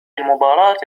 المباراة